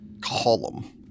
column